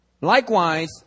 Likewise